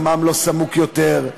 דמם לא סמוק יותר,